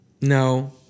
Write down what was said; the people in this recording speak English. No